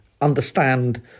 understand